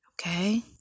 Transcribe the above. Okay